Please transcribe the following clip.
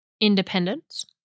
Independence